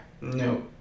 no